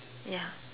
ya